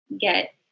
get